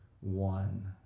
one